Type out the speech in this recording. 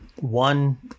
one